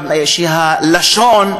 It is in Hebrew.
הלשון,